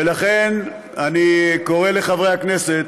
ולכן, אני קורא לחברי הכנסת